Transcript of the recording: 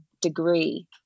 degree